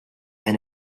and